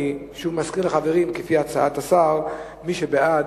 אני שוב מזכיר לחברים: לפי הצעת השר, מי שבעד,